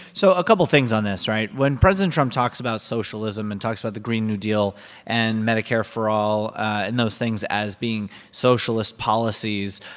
so a couple of things on this, right? when president trump talks about socialism and talks about the green new deal and medicare-for-all and those things as being socialist policies,